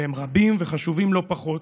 והם רבים וחשובים לא פחות,